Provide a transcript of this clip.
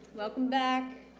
welcome back.